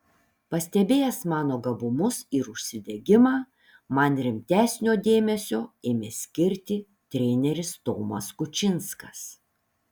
pastebėjęs mano gabumus ir užsidegimą man rimtesnio dėmesio ėmė skirti treneris tomas kučinskas